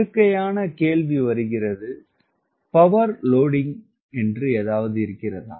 இயற்கையான கேள்வி வருகிறது பவர் லோடிங் என்று ஏதாவது இருக்கிறதா